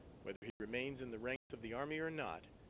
whether he remains in the ranks of the army or not,